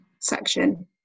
section